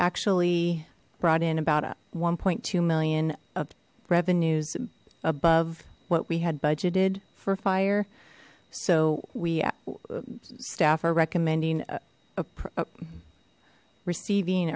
actually brought in about a one two million of revenues above what we had budgeted for fire so we staff are recommending a receiving